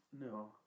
no